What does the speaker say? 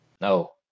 No